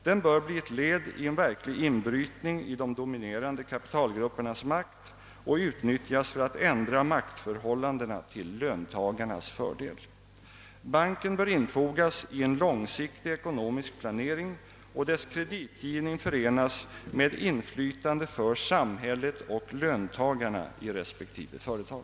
Den bör bli ett led i en verklig inbrytning i de dominerande kapitalgruppernas makt och utnyttjas för att ändra maktförhållandena till löntagarnas fördel. Banken bör infogas i en långsiktig ekonomisk planering och dess kreditgivning förenas med inflytande för samhället och löntagarna i respektive företag.»